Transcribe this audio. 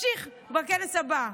תמשיך בכנס הבא.